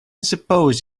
suppose